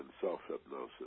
self-hypnosis